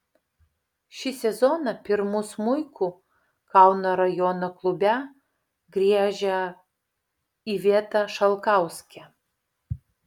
šį sezoną pirmu smuiku kauno rajono klube griežia iveta šalkauskė